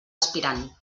aspirant